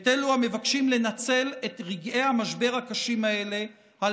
את אלו המבקשים לנצל את רגעי המשבר הקשים האלה על